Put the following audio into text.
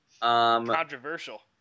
controversial